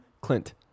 Clint